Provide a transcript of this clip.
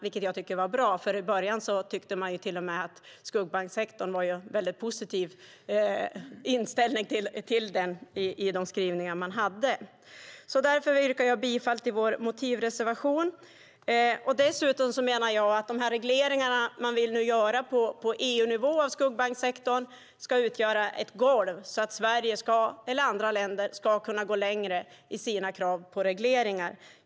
Det jag tycker är bra, för från början hade man en väldigt positiv inställning till skuggbanksektorn i sina skrivningar. Därför yrkar jag bifall till vår motivreservation. De regleringar som man nu vill göra på EU-nivå för skuggbanksektorn ska utgöra ett golv, så att Sverige och andra länder ska kunna gå längre i sina krav på regleringar.